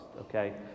okay